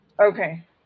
Okay